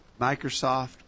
Microsoft